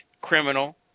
criminal